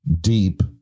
deep